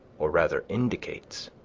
or rather indicates,